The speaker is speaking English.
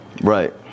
Right